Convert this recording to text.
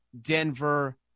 Denver